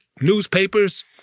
newspapers